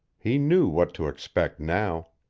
he knew what to expect now.